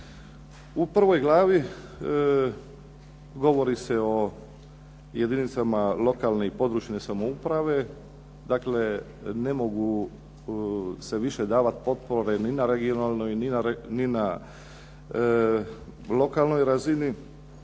U prvoj glavi govori se o jedinicama lokalne i područne samouprave. Dakle, ne mogu se više davati potpore ni na regionalnoj, ni na lokalnoj razini